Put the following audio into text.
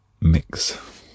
Mix